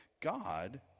God